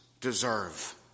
deserve